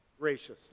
graciously